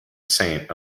saint